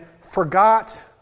forgot